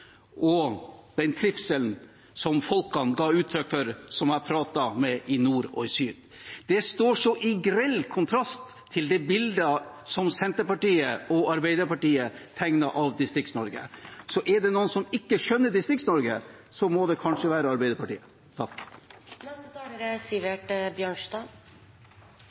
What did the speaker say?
så den velstanden og den trivselen som folk jeg pratet med i nord og i sør, ga uttrykk for. Det står så i grell kontrast til det bildet som Senterpartiet og Arbeiderpartiet tegner av Distrikts-Norge. Så er det noen som ikke skjønner Distrikts-Norge, må det kanskje være Arbeiderpartiet. Det er